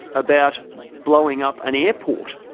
about blowing up an airport,